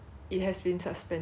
我很懒惰去 check